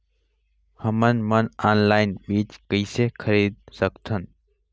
हमन मन ऑनलाइन बीज किसे खरीद सकथन?